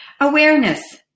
Awareness